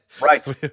right